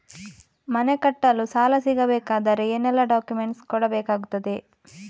ಮನೆ ಕಟ್ಟಲು ಸಾಲ ಸಿಗಬೇಕಾದರೆ ಏನೆಲ್ಲಾ ಡಾಕ್ಯುಮೆಂಟ್ಸ್ ಕೊಡಬೇಕಾಗುತ್ತದೆ?